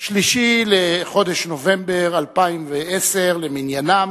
3 בחודש נובמבר 2010 למניינם,